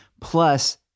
plus